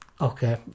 okay